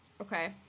okay